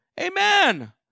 Amen